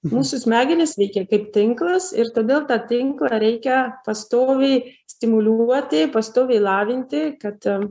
mūsų smegenys veikia kaip tinklas ir todėl tą tinklą reikia pastoviai stimuliuotai pastoviai lavinti kad